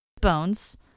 bones